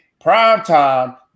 primetime